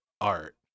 art